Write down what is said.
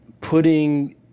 putting